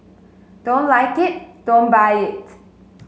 don't like it don't buy it